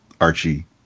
Archie